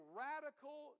radical